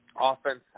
offense